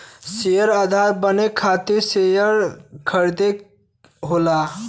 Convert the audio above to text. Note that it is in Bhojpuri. शेयरधारक बने खातिर शेयर खरीदना होला